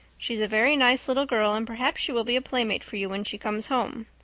she's a very nice little girl, and perhaps she will be a playmate for you when she comes home.